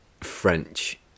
French